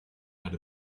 had